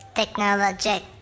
technologic